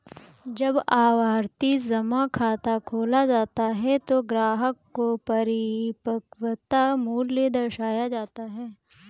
जब आवर्ती जमा खाता खोला जाता है तो ग्राहक को परिपक्वता मूल्य दर्शाया जाता है